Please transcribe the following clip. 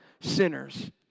sinners